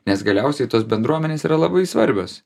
nes galiausiai tos bendruomenės yra labai svarbios